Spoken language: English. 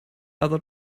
other